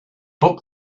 book